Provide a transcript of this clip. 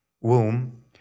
womb